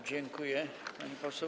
Dziękuję, pani poseł.